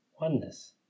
Oneness